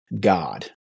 God